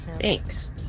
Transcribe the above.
Thanks